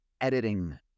editing